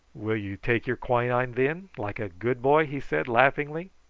will you take your quinine, then, like a good boy? he said laughingly.